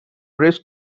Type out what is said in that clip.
rest